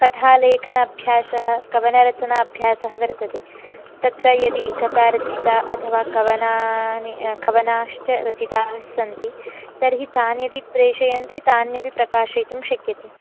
कथालेखन अभ्यासः कवनरचनाभ्यासः वर्तते तत्र यदि कथा रचिता अथवा कवनानि कवनाश्च रचिताः सन्ति तर्हि तान् यदि प्रेषयन्ति तान्यपि प्रकाशयितुं शक्यते